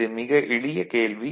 இது மிக எளிய கேள்வி